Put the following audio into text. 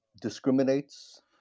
discriminates